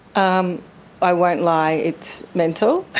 um i won't lie, it's mental.